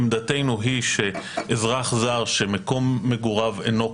עמדתנו היא שאזרח זר שמקום מגוריו אינו כאן,